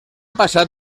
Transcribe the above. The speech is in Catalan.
passat